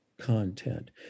content